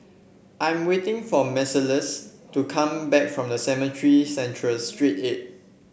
I'm waiting for Marcellus to come back from Cemetry Central Street eight